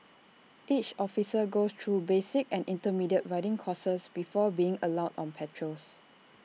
each officer goes through basic and intermediate riding courses before being allowed on patrols